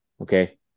Okay